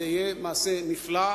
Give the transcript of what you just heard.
זה יהיה מעשה נפלא.